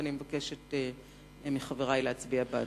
ואני מבקשת מחברי להצביע בעדו.